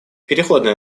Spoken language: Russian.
переходный